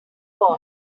born